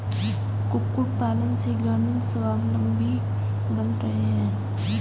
कुक्कुट पालन से ग्रामीण स्वाबलम्बी बन रहे हैं